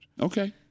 Okay